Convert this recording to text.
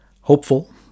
Hopeful